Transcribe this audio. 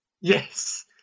Yes